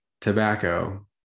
tobacco